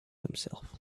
himself